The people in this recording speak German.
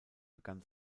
begann